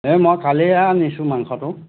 এই মই কালিয়ে আনিছোঁ মাংসটো